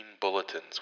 bulletins